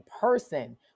person